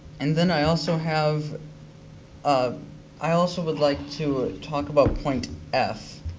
and then i also have um i also would like to talk about point f,